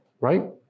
right